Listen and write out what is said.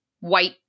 white